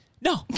No